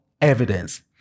evidence